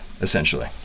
essentially